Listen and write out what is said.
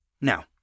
Now